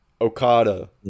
Okada